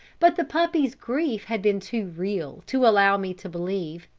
but the puppy's grief had been too real to allow me to believe,